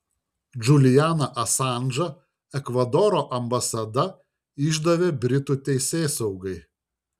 džulianą asanžą ekvadoro ambasada išdavė britų teisėsaugai